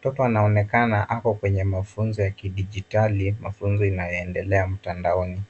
Mtoto anaonekana ako kwenye mafunzo ya kidijitalia, mafunzo inayoendelea mtandaoni.